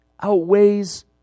outweighs